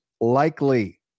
Likely